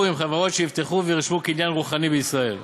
עם חברות שיפתחו וירשמו קניין רוחני בישראל,